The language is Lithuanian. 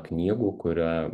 knygų kuria